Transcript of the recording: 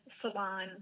salon